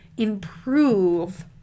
improve